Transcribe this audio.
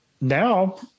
now